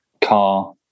car